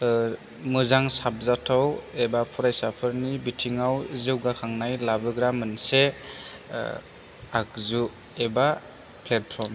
मोजां साबजाथाव एबा फरायसाफोरनि बिथिङाव जौगाखांनाय लाबोग्रा मोनसे आगजु एबा प्लेफर्म